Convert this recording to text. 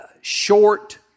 short